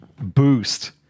boost